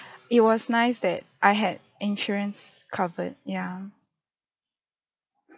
it was nice that I had insurance covered ya